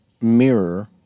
mirror